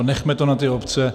Nechme to na obce.